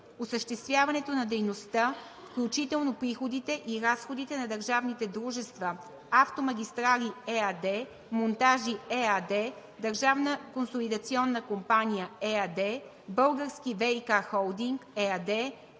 осъществяването на дейността, включително приходите и разходите на държавните дружества „Автомагистрали“ ЕАД, „Монтажи“ ЕАД, „Държавна консолидационна компания“ ЕАД, „Български ВиК холдинг“ ЕАД,